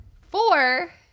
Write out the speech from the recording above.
Four